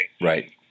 Right